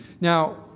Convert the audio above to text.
now